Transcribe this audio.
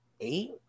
Eight